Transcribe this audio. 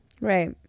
Right